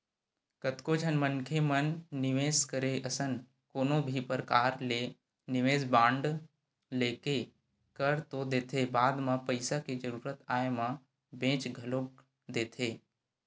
कतको झन मनखे मन निवेस करे असन कोनो भी परकार ले निवेस बांड लेके कर तो देथे बाद म पइसा के जरुरत आय म बेंच घलोक देथे